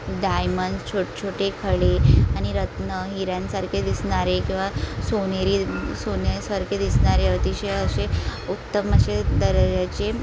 diamonds छोटे छोटे खडे आणि रत्न हिऱ्यांसारखे दिसणारे किंवा सोनेरी सोन्यासारखे दिसणारे अतिशय असे उत्तम असे दर्जाचे